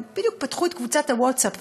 ובדיוק פתחו את קבוצת הווטסאפ,